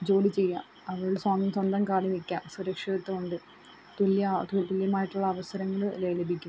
ജോലി ചെയ്യാം അതുകൊണ്ട് സ്വ സ്വന്തം കാലിൽ നിൽക്കാം സുരക്ഷിതത്വം ഉണ്ട് തുല്യ തുല്യമായിട്ടുള്ള അവസരങ്ങൾ ലഭിക്കും